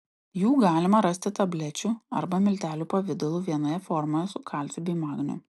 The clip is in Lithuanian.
jų galima rasti tablečių arba miltelių pavidalu vienoje formoje su kalciu bei magniu